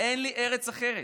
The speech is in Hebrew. אין לי ארץ אחרת,